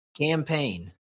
Campaign